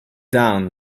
down